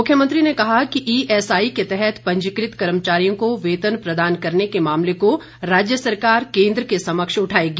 मुख्यंत्री ने कहा कि ईएसआई के तहत पंजीकृत कर्मचारियों को वेतन प्रदान करने के मामले को राज्य सरकार केन्द्र के समक्ष उठाएगी